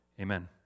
Amen